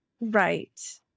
Right